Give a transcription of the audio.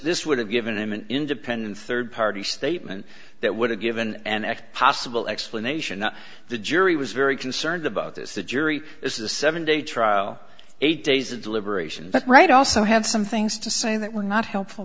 this would have given him an independent third party statement that would have given an eck possible explanation that the jury was very concerned about this the jury is a seven day trial eight days of deliberation but right also had some things to say that were not helpful